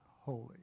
holy